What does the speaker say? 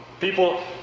people